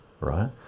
right